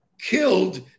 Killed